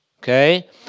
okay